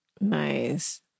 Nice